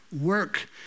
work